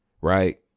right